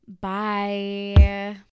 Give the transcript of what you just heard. Bye